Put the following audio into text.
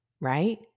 right